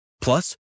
Plus